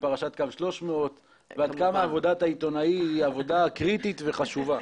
בפרשת קו 300 ועד כמה עבודת העיתונאי היא עבודה קריטית וחשובה.